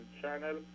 channel